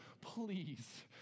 Please